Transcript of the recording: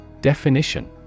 Definition